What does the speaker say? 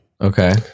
Okay